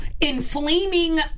inflaming